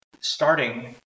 starting